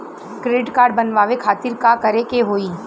Credit card बनवावे खातिर का करे के होई?